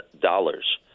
dollars